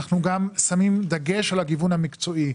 אנחנו שמים דגש גם על הגיוון המקצועי,